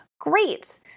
Great